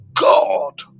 God